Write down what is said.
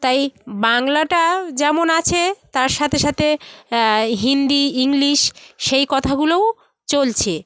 তাই বাংলাটা যেমন আছে তার সাথে সাথে হিন্দি ইংলিশ সেই কথাগুলোও চলছে